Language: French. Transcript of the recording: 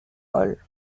hall